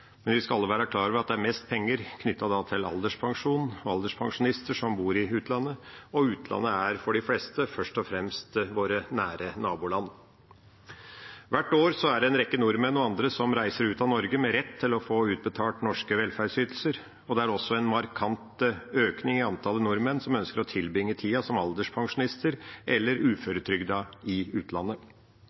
men vi skal alle være klar over at det er mest penger knyttet til alderspensjon og alderspensjonister som bor i utlandet, og utlandet er – for de fleste – først og fremst våre nære naboland. Hvert år er det en rekke nordmenn og andre som reiser ut av Norge med rett til å få utbetalt norske velferdsytelser. Det er også en markant økning i antallet nordmenn som ønsker å tilbringe tida som alderspensjonister eller uføretrygdede i utlandet.